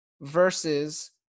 versus